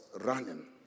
running